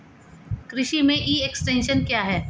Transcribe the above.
कृषि में e extension क्या है?